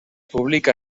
publica